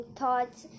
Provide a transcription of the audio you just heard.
thoughts